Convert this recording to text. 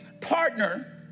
partner